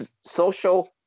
social